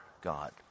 God